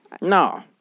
No